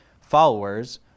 followers